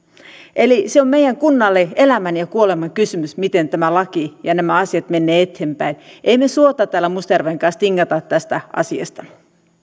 eli se on meidän kunnalle elämän ja kuoleman kysymys miten tämä laki ja nämä asiat menevät eteenpäin emme me suotta täällä mustajärven kanssa tinkaa tästä asiasta